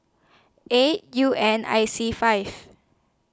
eight U N I C five